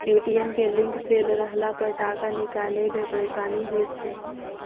ATM के link fail रहलापर टाका निकालै मे परेशानी होइत छै